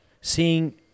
seeing